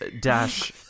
dash